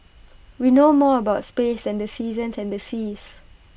we know more about space than the seasons and the seas